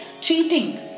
cheating